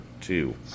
two